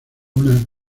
una